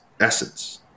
essence